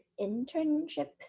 internship